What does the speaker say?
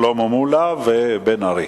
שלמה מולה ובן-ארי.